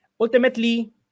Ultimately